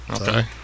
Okay